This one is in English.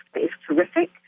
is terrific,